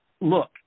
Look